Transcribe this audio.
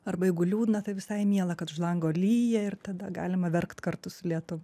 arba jeigu liūdna tai visai miela kad už lango lyja ir tada galima verkt kartu su lietum